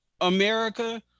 America